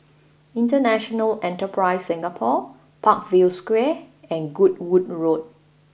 International Enterprise Singapore Parkview Square and Goodwood Road